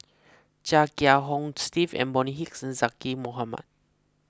Chia Kiah Hong Steve and Bonny Hicks Zaqy Mohamad